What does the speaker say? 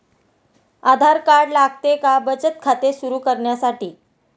आधार card लागते का बचत खाते सुरू करण्यासाठी?